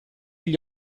gli